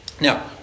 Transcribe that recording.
Now